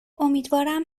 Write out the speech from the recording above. امیدوارم